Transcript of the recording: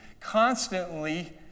constantly